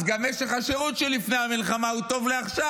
אז גם משך השירות שלפני המלחמה הוא טוב לעכשיו.